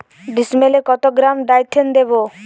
ডিস্মেলে কত গ্রাম ডাইথেন দেবো?